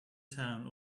town